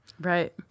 Right